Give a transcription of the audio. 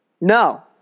No